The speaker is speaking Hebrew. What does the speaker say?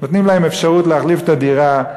נותנים להם אפשרות להחליף את הדירה,